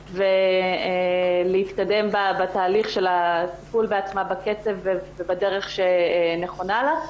ולהתקדם בתהליך של הטיפול בעצמם בקצב ובדרך שנכונה להם,